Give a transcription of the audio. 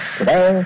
today